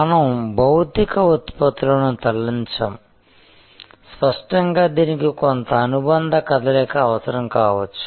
మనం భౌతిక ఉత్పత్తులను తరలించం స్పష్టంగా దీనికి కొంత అనుబంధ కదలిక అవసరం కావచ్చు